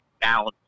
balance